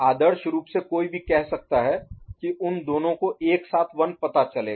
आदर्श रूप से कोई भी कह सकता है कि उन दोनों को एक साथ 1 पता चलेगा